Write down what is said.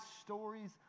stories